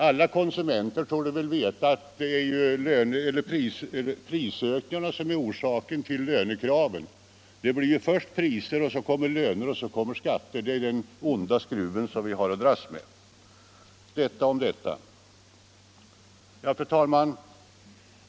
Alla konsumenter torde veta att prisökningarna är orsaken till lönekraven. Först stiger priserna, så höjs lönerna och sedan ökar skatten — det är den onda cirkel vi brukar hamna i. Detta om detta. Fru talman!